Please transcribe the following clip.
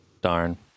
Darn